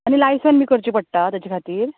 आनी लायसन्स बी करचें पडटा तेचे खातीर